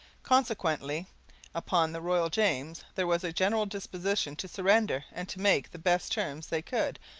consequently upon the royal james there was a general disposition to surrender and to make the best terms they could,